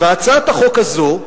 והצעת החוק הזו,